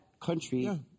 country